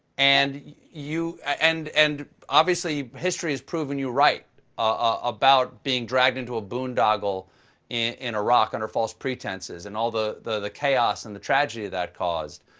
and and and obviously, history has proven you right about being dragged into a boondoggle in iraq under false pretenses, and all the the chaos and the tragedy that caused.